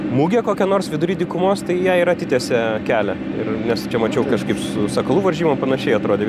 mugė kokia nors vidury dykumos tai į ją ir atitiesia kelią ir nes čia mačiau kažkaip su sakalų varžybom panašiai atrodė